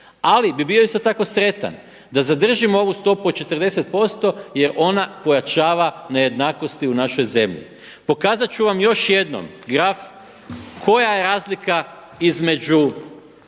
Ali bih bio isto tako sretan da zadržimo ovu stopu od 40% jer ona pojačava nejednakosti u našoj zemlji. Pokazati ću vam još jednom graf koja je razlika između